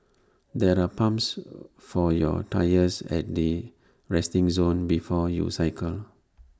there are pumps for your tyres at the resting zone before you cycle